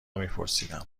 میپرسیدم